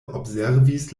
observis